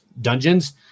dungeons